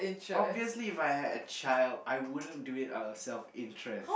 obviously If I had a child I wouldn't do it out of self interest